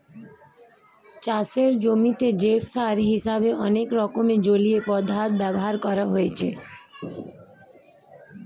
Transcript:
চাষের জমিতে জৈব সার হিসেবে অনেক রকম জলীয় পদার্থ ব্যবহার করা হয়